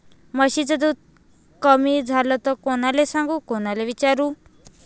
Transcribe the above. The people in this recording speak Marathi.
म्हशीचं दूध कमी झालं त कोनाले सांगू कोनाले विचारू?